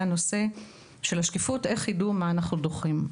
הנושא של השקיפות איך יידעו מה אנחנו דוחים.